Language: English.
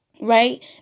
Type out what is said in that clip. right